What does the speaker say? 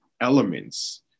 elements